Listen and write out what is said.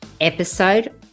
episode